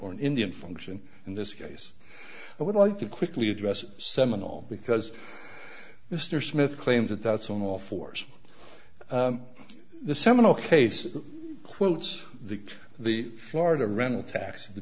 or an indian function in this case i would like to quickly address seminal because mr smith claims that that's on all fours the seminole case quotes the the florida rental tax